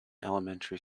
elementary